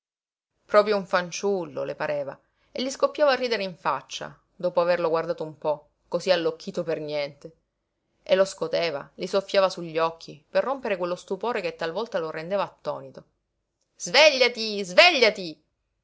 proprio un fanciullo le pareva e gli scoppiava a ridere in faccia dopo averlo guardato un po cosí allocchito per niente e lo scoteva gli soffiava sugli occhi per rompere quello stupore che talvolta lo rendeva attonito svégliati svégliati